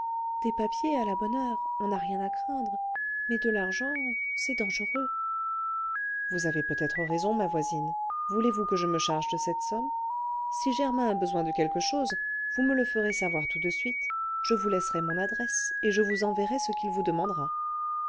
des papiers à la bonne heure on n'a rien à craindre mais de l'argent c'est dangereux vous avez peut-être raison ma voisine voulez-vous que je me charge de cette somme si germain a besoin de quelque chose vous me le ferez savoir tout de suite je vous laisserai mon adresse et je vous enverrai ce qu'il vous demandera